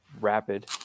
rapid